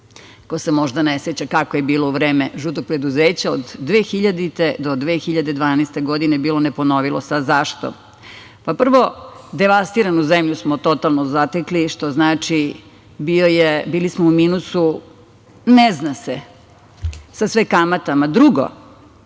ko se možda ne seća kako je bilo u vreme žutog preduzeća, od 2000. do 2012. godine, bilo, ne ponovilo se. A zašto? Prvo, devastiranu zemlju smo totalno zatekli, što znači da smo bili u minusu ne zna se, sa sve kamatama. Drugo,